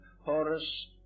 Horus